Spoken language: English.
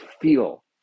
feel